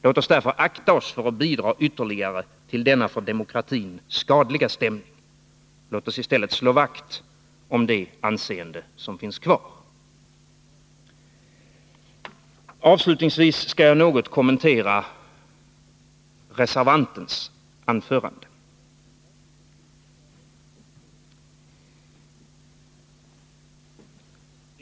Låt oss därför akta oss för att bidra ytterligare till denna för demokratin skadliga stämning. Låt oss i stället slå vakt om det anseende som finns kvar. Avslutningsvis skall jag något kommentera reservantens anförande.